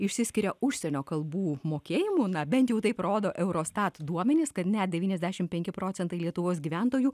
išsiskiria užsienio kalbų mokėjimu na bent jau taip rodo eurostat duomenys kad net devyniasdešim penki procentai lietuvos gyventojų